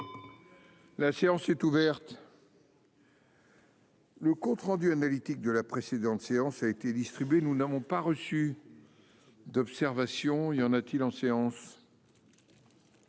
La séance est ouverte. Le compte rendu analytique de la précédente séance a été dit. Tribune. Nous n'avons pas reçu. D'observation il y en a-t-il en séance.